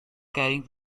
carrying